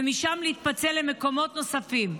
ומשם להתפצל למקומות נוספים.